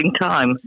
time